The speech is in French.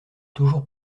toujours